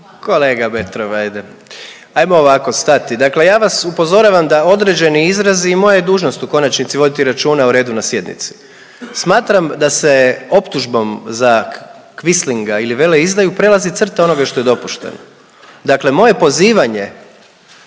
Kolega Petrov ajde! Hajmo ovako stati. Dakle ja vas upozoravam da određeni izrazi i moja je dužnost u konačnici voditi računa o redu na sjednici. Smatram da se optužbom za kvislinga ili veleizdaju prelazi crta onoga što je dopušteno. Dakle, moje pozivanje